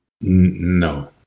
no